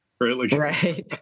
Right